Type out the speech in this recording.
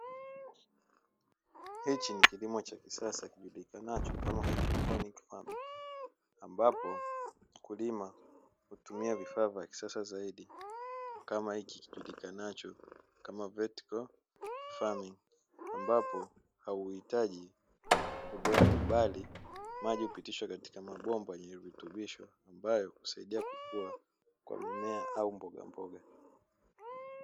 Hiki ni kilimo cha kisasa kijulikanacho kama kilimo cha haidroponi ambapo mkulima hutumia vifaa vya kisasa zaidi kama hiki kijulikanacho kama "vertical farming" ambapo hauhitaji udongo bali maji hupitishwa katika mabomba yenye virutubisho, ambayo husaidia kukua kwa mimea au mbogamboga.